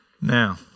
Now